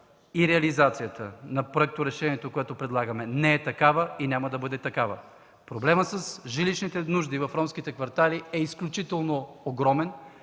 и реализацията на проекторешението, което предлагаме, не е такава и няма да бъде такава. Проблемът с жилищните нужди в ромските квартали е изключително огромен,